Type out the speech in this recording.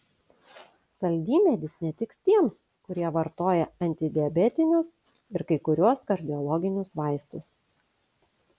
saldymedis netiks tiems kurie vartoja antidiabetinius ir kai kuriuos kardiologinius vaistus